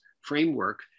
framework